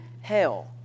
hell